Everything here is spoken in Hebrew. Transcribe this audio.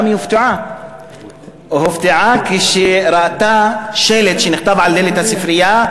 והיא הופתעה כשראתה שלט שנתלה על דלת הספרייה: